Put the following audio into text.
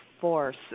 force